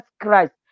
Christ